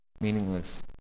Meaningless